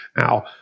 Now